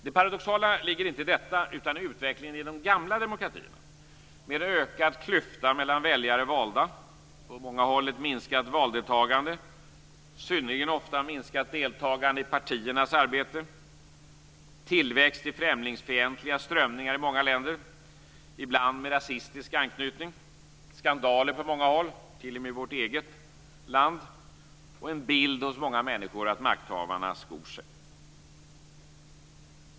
Det paradoxala ligger inte i detta utan i utvecklingen i de gamla demokratierna, med en ökad klyfta mellan väljare och valda, på många håll ett minskat valdeltagande, synnerligen ofta minskat deltagande i partiernas arbete, tillväxt i främlingsfientliga strömningar i många länder, ibland med rasistisk anknytning, skandaler på många håll, t.o.m. i vårt eget land, och en bild hos många människor av att makthavarna skor sig.